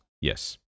Yes